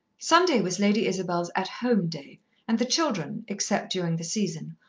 sunday was lady isabel's at home day and the children, except during the season,